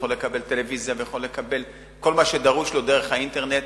יכול לקבל טלוויזיה ויכול לקבל כל מה שדרוש לו דרך האינטרנט,